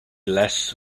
less